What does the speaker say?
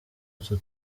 utu